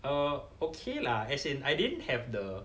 err okay lah as in I didn't have the